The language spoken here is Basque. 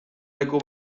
leku